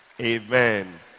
Amen